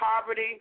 poverty